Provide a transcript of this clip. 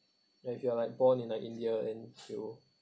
if you are like born in like india and you